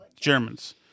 Germans